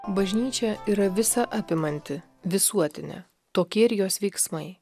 bažnyčia yra visa apimanti visuotinė tokie ir jos veiksmai